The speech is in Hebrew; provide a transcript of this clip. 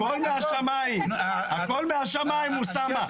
הכול מהשמים, אוסאמה.